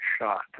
Shot